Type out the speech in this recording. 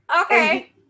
Okay